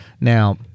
Now